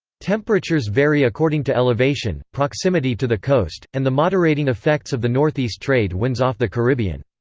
temperatures vary according to elevation, proximity to the coast, and the moderating effects of the northeast trade winds off the caribbean.